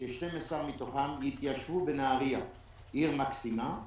הצלחנו ש-12 מתוכם יתיישבו בנהריה, עיר מקסימה;